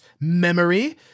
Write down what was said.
memory